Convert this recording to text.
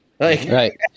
Right